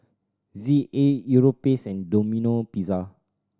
Z A Europace and Domino Pizza